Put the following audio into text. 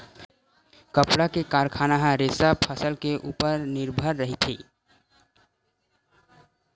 कपड़ा के कारखाना ह रेसा फसल के उपर निरभर रहिथे